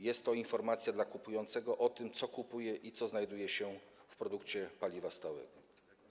Jest to informacja dla kupującego o tym, co kupuje i co znajduje się w produkcie paliwa stałego.